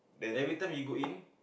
every time you go in